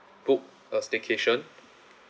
book a staycation